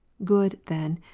good, then,